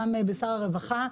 גם בשר הרווחה,